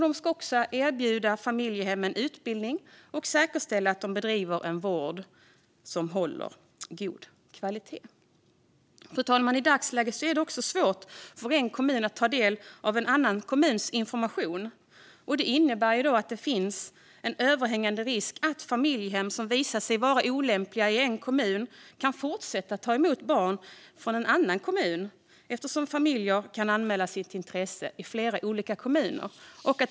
De ska även erbjuda familjehemmen utbildning och säkerställa att de bedriver en vård som håller god kvalitet. I dagsläget är det svårt för en kommun att ta del av en annan kommuns information. Det innebär att det finns en överhängande risk för att familjehem som visat sig vara olämpliga i en kommun kan fortsätta att ta emot barn från en annan kommun, eftersom familjer kan anmäla sitt intresse i flera kommuner.